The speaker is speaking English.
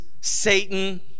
Satan